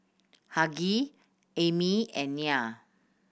Hughie Amie and Nya